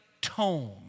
tone